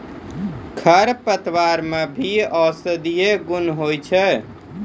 खरपतवार मे भी औषद्धि गुण होय छै